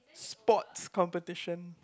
sports competition